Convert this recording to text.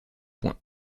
points